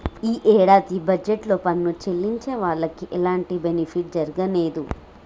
యీ యేడాది బడ్జెట్ లో పన్ను చెల్లించే వాళ్లకి ఎలాంటి బెనిఫిట్ జరగనేదు